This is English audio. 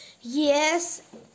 Yes